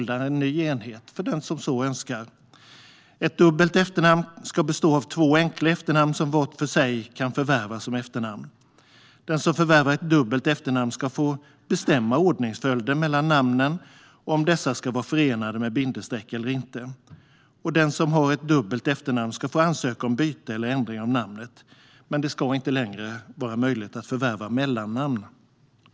De som så önskar bildar en ny enhet. Ett dubbelt efternamn ska bestå av två enkla efternamn som var för sig kan förvärvas som efternamn. Den som förvärvar ett dubbelt efternamn ska få bestämma ordningsföljden mellan namnen och om dessa ska vara förenade med bindestreck eller inte. Den som har ett dubbelt efternamn ska få ansöka om byte eller ändring av namnet. Men det ska inte längre vara möjligt att förvärva mellannamn.